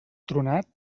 tronat